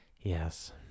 Yes